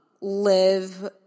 live